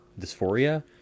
dysphoria